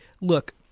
look